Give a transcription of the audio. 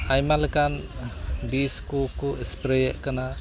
ᱟᱭᱢᱟ ᱞᱮᱠᱟᱱ ᱵᱤᱥ ᱠᱚᱠᱚ ᱮᱥᱯᱨᱮᱭᱟᱜ ᱠᱟᱱᱟ